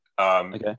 Okay